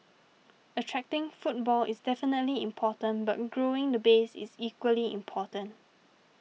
attracting footfall is definitely important but growing the base is equally important